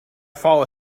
fall